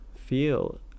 feel